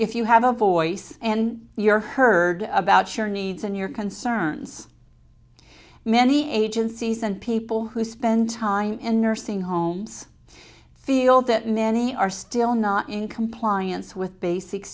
if you have a voice and your heard about sure needs and your concerns many agencies and people who spend time in nursing homes feel that many are still not in compliance with basic